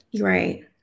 Right